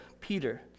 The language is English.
Peter